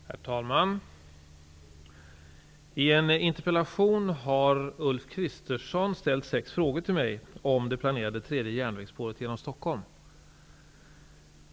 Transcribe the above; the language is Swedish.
Herr talman! I en interpellation har Ulf Kristersson ställt sex frågor till mig om det planerade tredje järnvägsspåret genom Stockholm.